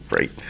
right